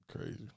Crazy